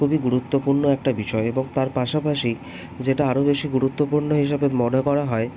খুবই গুরুত্বপূর্ণ একটা বিষয় এবং তার পাশাপাশি যেটা আরো বেশি গুরুত্বপূর্ণ হিসাবে মনে করা হয়